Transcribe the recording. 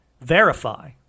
verify